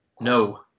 No